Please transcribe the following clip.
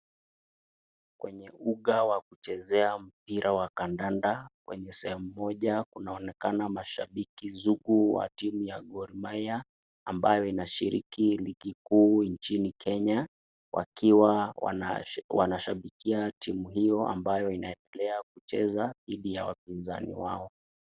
Kwenye uga wa kuchezea mpira wa kandanda, kwenye sehemu moja unaonekana mashabiki sugu wa timu ya Gor Mahia, ambayo inashiriki ligi kuu nchini Kenya, wakiwa wanashabikia timu hiyo ambayo inaendelea kucheza dhidi ya wapinzani wao.